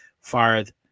fired